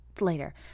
later